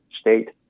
state